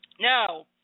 Now